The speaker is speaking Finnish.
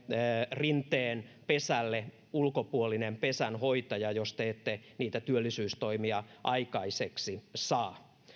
rinteen pesälle ulkopuolinen pesänhoitaja jos te ette niitä työllisyystoimia aikaiseksi saa